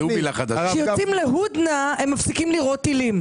כשיוצאים להודנא הם מפסיקים לירות טילים.